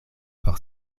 por